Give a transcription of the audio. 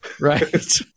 Right